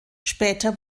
später